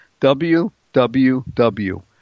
WWW